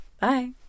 Bye